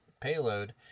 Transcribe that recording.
payload